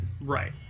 right